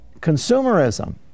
consumerism